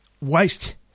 waste